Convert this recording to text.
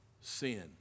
sin